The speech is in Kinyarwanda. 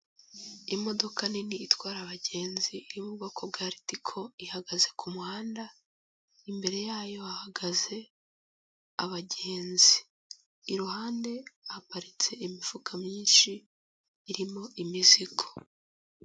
Imodoka nini itwara abagenzi iri mu ubwoko bwa ritiko ihagaze ku muhanda, imbere yayo hahagaze abagenzi, iruhande haparitse imifuka myinshi irimo imizigo.